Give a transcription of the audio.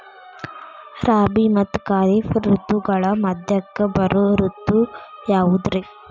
ರಾಬಿ ಮತ್ತ ಖಾರಿಫ್ ಋತುಗಳ ಮಧ್ಯಕ್ಕ ಬರೋ ಋತು ಯಾವುದ್ರೇ?